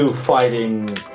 fighting